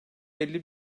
elli